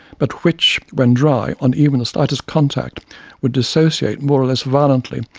but which when dry on even the slightest contact would dissociate more or less violently,